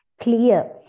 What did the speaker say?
clear